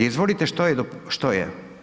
Izvolite što je?